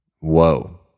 Whoa